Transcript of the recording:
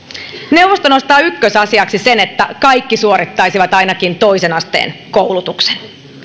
neuvosto nostaa ykkösasiaksi sen että kaikki suorittaisivat ainakin toisen asteen koulutuksen